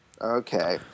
Okay